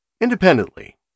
independently